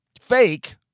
fake